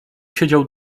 siedział